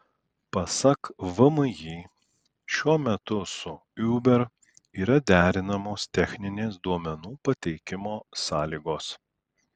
pasak vmi šiuo metu su uber yra derinamos techninės duomenų pateikimo sąlygos